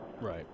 Right